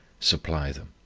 supply them.